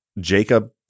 Jacob